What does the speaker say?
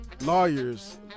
lawyers